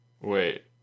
Wait